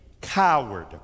coward